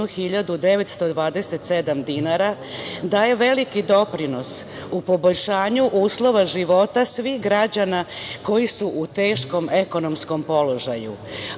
dinara daje veliki doprinos u poboljšanju uslova života svih građana koji su u teškom ekonomskom položaju,